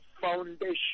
foundation